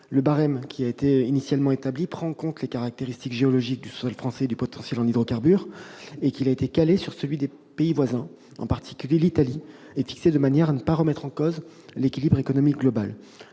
Le barème initialement établi prend en compte les caractéristiques géologiques du sous-sol français et son potentiel en hydrocarbures. Il a été calé sur celui des pays voisins, en particulier l'Italie, et est fixé de manière à ne pas remettre en cause l'équilibre économique global.